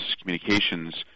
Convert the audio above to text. communications